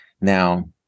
Now